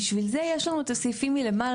בגלל זה יש לנו את הסעיפים מלמעלה,